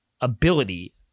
ability